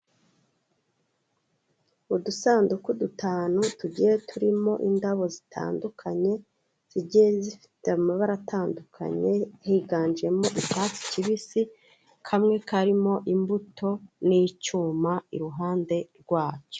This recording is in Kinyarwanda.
Udusanduku dutanu tugiye turimo indabo zitandukanye, zigiye zifite amabara atandukanye, higanjemo icyatsi kibisi, kamwe karimo imbuto n'icyuma iruhande rwacyo.